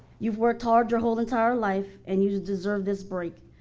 you've worked hard your whole entire life and you just deserve this break.